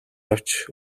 авч